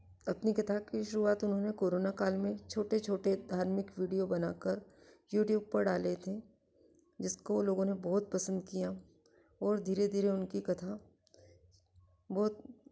अपनी कथा की शुरुआत उन्होंने कोरोना काल में छोटे छोटे धार्मिक वीडियो बनाकर यूट्यूब पर डाले थे जिसको लोगों ने बहुत पसंद किया और धीरे धीरे उनकी कथा बहुत